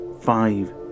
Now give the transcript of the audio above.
Five